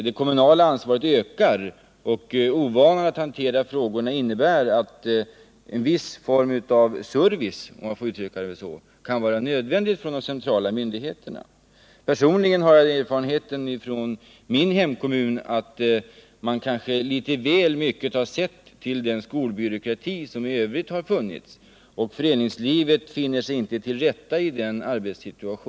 Det kommunala ansvaret ökar, och ovanan att hantera frågorna innebär att en viss form av service — om jag får uttrycka det så — kan vara nödvändig från de centrala myndigheterna. Personligen har jag från min hemkommun erfarenheten att man kanske litet väl mycket har sett till den skolbyråkrati som i övrigt har funnits, och föreningslivets representanter finner sig inte till rätta i den arbetsmiljön.